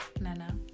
Nana